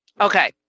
Okay